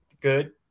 good